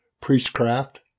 priestcraft